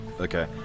Okay